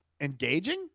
engaging